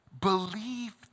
believe